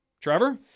Trevor